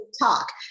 talk